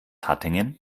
hattingen